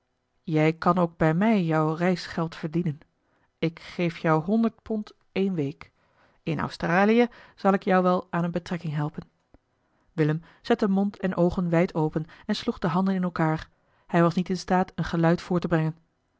jij kan ook bij mij jou reisgeld verdienen ik geef jou honderd pond eene week in australië zal ik jou wel aan eene betrekking helpen willem zette mond en oogen wijd open en sloeg de handen in elkaar hij was niet in staat een geluid voort te brengen